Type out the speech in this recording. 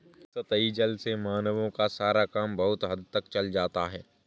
सतही जल से मानवों का सारा काम बहुत हद तक चल जाता है